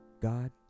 God